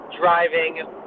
driving